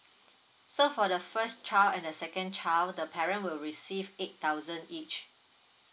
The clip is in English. so for the first child and the second child the parent will receive eight thousand each